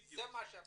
זה מה שאתה אומר.